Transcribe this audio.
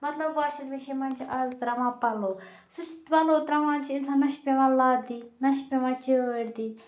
مَطلَب washing machine مَنٛز چھِ آز تراوان پَلَو سُہ چھِ پَلَو تراوان چھُ اِنسان نہَ چھُ پیٚوان لَتھ دِنۍ نہَ چھُ پیٚوان چٲڈ دِنۍ